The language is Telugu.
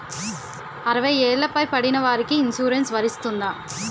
అరవై ఏళ్లు పై పడిన వారికి ఇన్సురెన్స్ వర్తిస్తుందా?